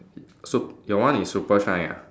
i~ so your one is super shine ah